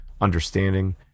understanding